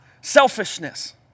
selfishness